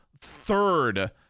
third